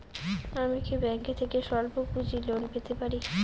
আমি কি ব্যাংক থেকে স্বল্প পুঁজির লোন পেতে পারি?